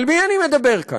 על מי אני מדבר כאן?